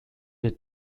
the